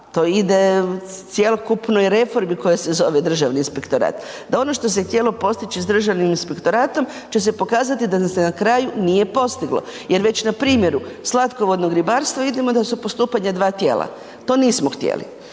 to ide cjelokupnoj reformi koja se zove Državni inspektorat, da ono što se htjelo postići s Državnim inspektoratom će se pokazati da se na kraju nije postiglo, jer već na primjeru slatkovodnog ribarstva vidimo da su postupanja dva tijela. To nismo htjeli.